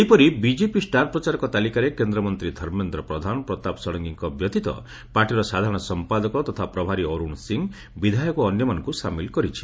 ସେହିପରି BJP star ପ୍ରଚାରକ ତାଲିକାରେ କେନ୍ଦ୍ରମନ୍ତୀ ଧର୍ମେନ୍ଦ୍ର ପ୍ରଧାନ ପ୍ରତାପ ଷଡ଼ଙଙୀଙଙ ବ୍ୟତୀତ ପାର୍ଟିର ସାଧାରଣ ସଂପାଦକ ତଥା ପ୍ରଭାରୀ ଅରୁଣ ସିଂହ ବିଧାୟକ ଓ ଅନ୍ୟମାନଙ୍କୁ ସାମିଲ କରିଛି